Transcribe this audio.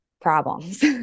problems